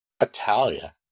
Italia